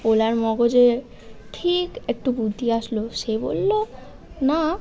পোলার মগজে ঠিক একটু বুদ্ধি আসলো সে বলল না